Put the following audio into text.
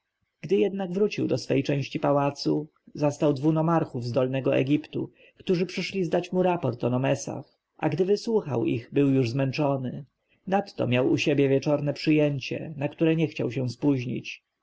gdy jednak wrócił do swojej części pałacu zastał dwu nomarchów z dolnego egiptu którzy przyszli zdać mu raport o nomesach a gdy wysłuchał ich był już zmęczony nadto miał u siebie wieczorne przyjęcie na które nie chciał się spóźnić